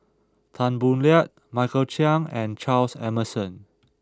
Tan Boo Liat Michael Chiang and Charles Emmerson